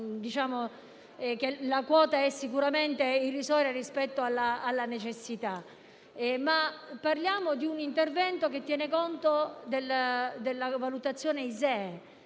una quota sicuramente irrisoria rispetto alla necessità. Parliamo inoltre di un intervento che tiene conto della valutazione ISEE